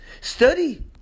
study